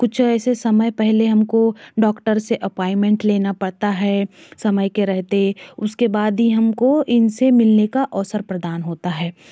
कुछ ऐसे समय पहले हमको डॉक्टर से अपायमेंट लेना पड़ता था समय के रहते उसके बाद भी हमको उनसे मिलने का अवसर प्रदान होता है